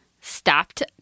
stopped